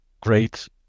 great